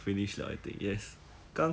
ya then okay lah then